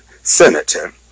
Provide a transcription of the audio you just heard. senator